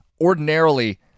Ordinarily